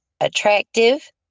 attractive